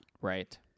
Right